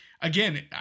again